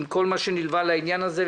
עם כל מה שנלווה לעניין הזה,